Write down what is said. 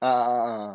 ya